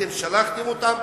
אתם שלחתם אותם,